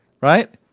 right